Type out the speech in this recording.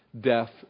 death